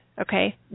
okay